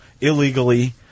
illegally